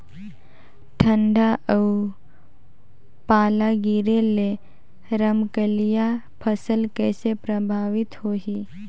ठंडा अउ पाला गिरे ले रमकलिया फसल कइसे प्रभावित होही?